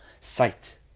Sight